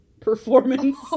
performance